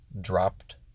dropped